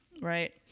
right